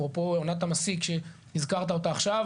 אפרופו עונת המסיק שהזכרת אותה עכשיו.